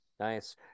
Nice